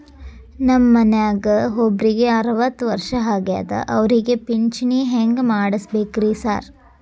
ನಮ್ ಮನ್ಯಾಗ ಒಬ್ರಿಗೆ ಅರವತ್ತ ವರ್ಷ ಆಗ್ಯಾದ ಅವ್ರಿಗೆ ಪಿಂಚಿಣಿ ಹೆಂಗ್ ಮಾಡ್ಸಬೇಕ್ರಿ ಸಾರ್?